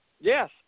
Yes